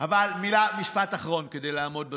אבל משפט אחרון, כדי לעמוד בזמנים: